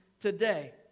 today